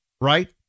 right